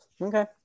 Okay